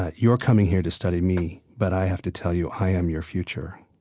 ah you're coming here to study me. but i have to tell you, i am your future.